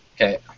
Okay